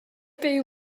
byw